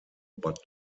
but